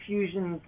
Fusion